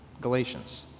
Galatians